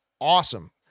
awesome